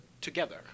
together